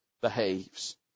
behaves